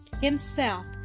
himself